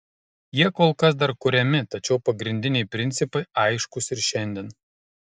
jie kol kas dar kuriami tačiau pagrindiniai principai aiškūs ir šiandien